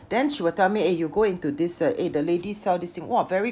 then she will tell me eh you go into this eh the lady sell this thing !wah! very